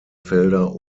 felder